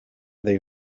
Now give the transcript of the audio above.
they